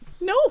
no